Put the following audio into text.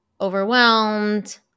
overwhelmed